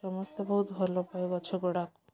ସମସ୍ତେ ବହୁତ ଭଲ ପାଏ ଗଛଗୁଡ଼ା